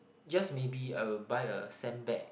just maybe I will buy a sandbag